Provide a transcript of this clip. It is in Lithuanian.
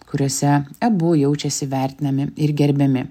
kuriuose abu jaučiasi vertinami ir gerbiami